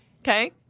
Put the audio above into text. Okay